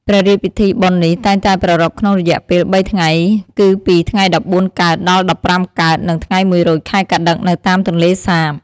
ព្រះរាជពិធីបុណ្យនេះតែងតែប្រារព្ធក្នុងរយៈពេល៣ថ្ងៃគឺពី ថ្ងៃ១៤ កើត ដល់ ១៥កើត និងថ្ងៃ១រោចខែកត្តិក នៅតាមទន្លេសាប។